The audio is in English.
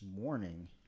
morning